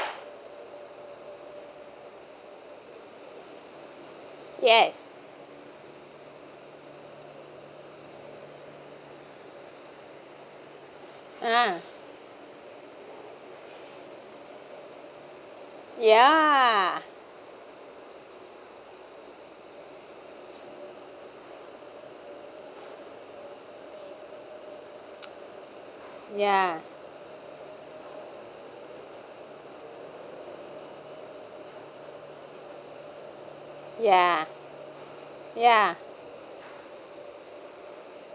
yes uh ya ya ya ya